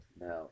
Now